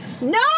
No